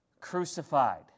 crucified